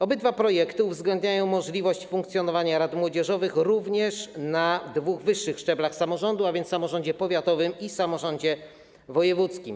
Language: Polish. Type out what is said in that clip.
Obydwa projekty uwzględniają możliwość funkcjonowania rad młodzieżowych również na dwóch wyższych szczeblach samorządu, a więc w samorządzie powiatowym i w samorządzie wojewódzkim.